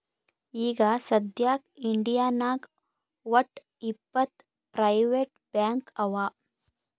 ಈಗ ಸದ್ಯಾಕ್ ಇಂಡಿಯಾನಾಗ್ ವಟ್ಟ್ ಇಪ್ಪತ್ ಪ್ರೈವೇಟ್ ಬ್ಯಾಂಕ್ ಅವಾ